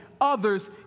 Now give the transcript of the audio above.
others